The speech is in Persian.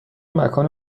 مکان